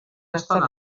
estona